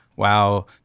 wow